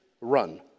run